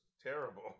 terrible